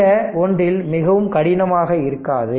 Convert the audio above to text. இந்த ஒன்றில் மிகவும் கடினமாக இருக்காது